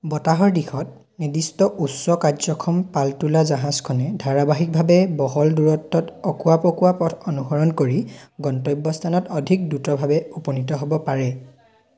বতাহৰ দিশত নিৰ্দিষ্ট উচ্চ কাৰ্যক্ষম পালতোলা জাহাজখনে ধাৰাবাহিকভাৱে বহল দূৰত্বত অকোৱা পকোৱা পথ অনুসৰণ কৰি গন্তব্যস্থানত অধিক দ্ৰুতভাৱে উপনীত হ'ব পাৰে